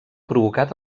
provocat